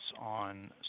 on